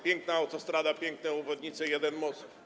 Piękna autostrada, piękne obwodnice, jeden most.